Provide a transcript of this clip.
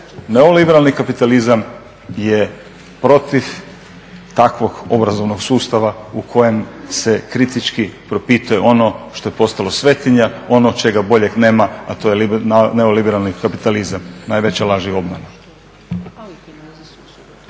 Neoliberalni kapitalizam je protiv takvog obrazovnog sustava u kojem se kritički propituje ono što je postalo svetinja, ono čega boljeg nema, a to je neoliberalni kapitalizam, najveća laž i obmana.